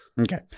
okay